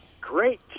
great